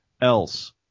else